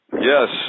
Yes